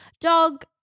Dog